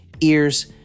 ears